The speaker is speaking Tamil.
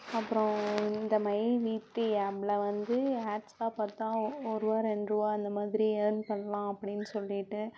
அப்புறம் இந்த மை வீ த்ரீ ஆப்பில் வந்து ஆட்ஸ் எல்லாம் பார்த்தா ஒருரூவா ரெண்ட்ரூவா அந்தமாதிரி இயர்ன் பண்ணலாம் அப்படின்னு சொல்லிவிட்டு